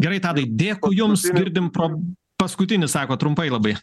gerai tadai dėkui jums girdim pro paskutinį sakot trumpai labai